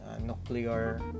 nuclear